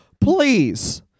please